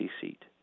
seat